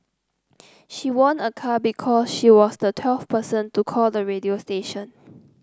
she won a car because she was the twelfth person to call the radio station